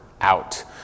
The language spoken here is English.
out